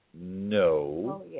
No